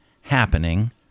happening